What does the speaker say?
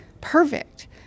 perfect